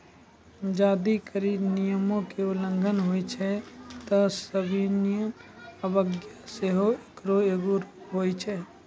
जदि कर नियमो के उल्लंघन होय छै त सविनय अवज्ञा सेहो एकरो एगो रूप होय छै